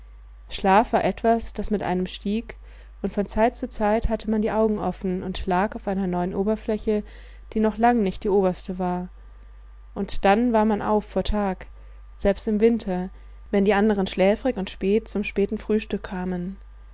schlaf war etwas was mit einem stieg und von zeit zu zeit hatte man die augen offen und lag auf einer neuen oberfläche die noch lang nicht die oberste war und dann war man auf vor tag selbst im winter wenn die anderen schläfrig und spät zum späten frühstück kamen